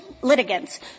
litigants